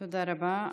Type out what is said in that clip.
תודה רבה.